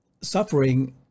suffering